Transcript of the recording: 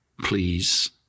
Please